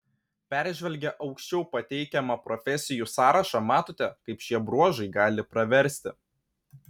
peržvelgę aukščiau pateikiamą profesijų sąrašą matote kaip šie bruožai gali praversti